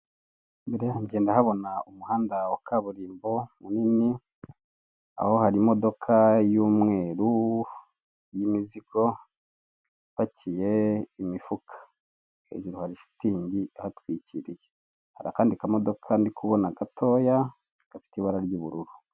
Imbere yange ndahabona umuhanda wa kaburimbo munini, aho hari modoka y'umweru y'imizigo ipakiye imifuka inyuma hari shitingi ihatwikiriye. Hari akandi kamodoka ndi kubona gatoya gafite ibara ry'ubururu.